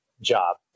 job